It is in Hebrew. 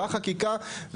בחקיקה.